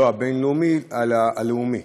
לא הבין-לאומי אלא הלאומי.